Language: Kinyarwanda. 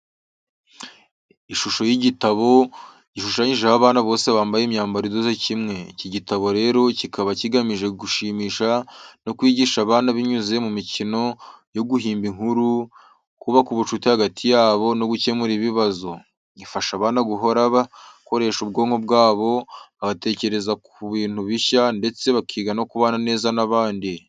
Ishusho y’igitabo, gishushanyijeho abana bose bambaye imyambaro idoze kimwe. Iki igitabo rero kikaba kigamije gushimisha no kwigisha abana binyuze mu mikino yo guhimba inkuru, kubaka ubucuti hagati yabo, no gukemura ibibazo. Ifasha abana guhora bakoresha ubwonko bwabo, bagatekereza ku bintu bishya ndetse bakiga no kubana neza n’abandi.